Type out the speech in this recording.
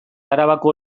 arabako